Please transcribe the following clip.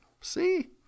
See